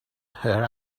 her